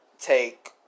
take